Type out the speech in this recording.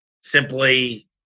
simply